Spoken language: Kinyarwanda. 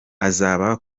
azaba